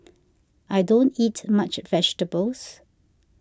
I don't eat much vegetables